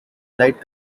light